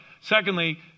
secondly